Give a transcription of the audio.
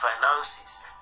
finances